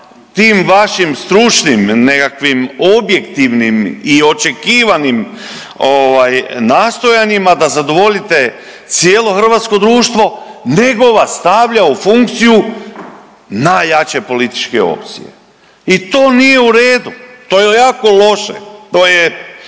tim vašim stručnim nekakvim objektivnim i očekivanim nastojanjima da zadovoljite cijelo hrvatsko društvo nego vas stavlja u funkciju najjače političke opcije. I to nije u redu, to je jako loše,